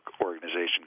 organization